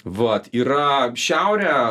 vat yra šiaurėje